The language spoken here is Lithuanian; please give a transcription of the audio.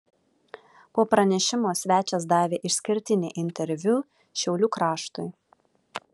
po pranešimo svečias davė išskirtinį interviu šiaulių kraštui